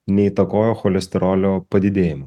neįtakojo cholesterolio padidėjimo